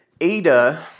ADA